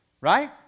right